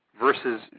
versus